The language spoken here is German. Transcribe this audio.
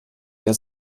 der